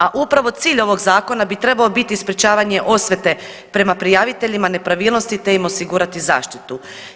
A upravo cilj ovog zakona bi trebao biti sprječavanje osvete prema prijaviteljima nepravilnosti te im osigurati zaštitu.